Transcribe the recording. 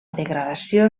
degradació